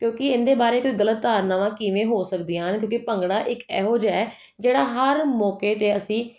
ਕਿਉਂਕਿ ਇਹਦੇ ਬਾਰੇ ਕੋਈ ਗਲਤ ਧਾਰਨਾਵਾਂ ਕਿਵੇਂ ਹੋ ਸਕਦੀਆਂ ਹਨ ਕਿਉਂਕਿ ਭੰਗੜਾ ਇੱਕ ਇਹੋ ਜਿਹਾ ਜਿਹੜਾ ਹਰ ਮੌਕੇ 'ਤੇ ਅਸੀਂ